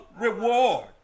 reward